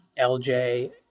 LJ